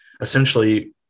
essentially